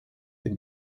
des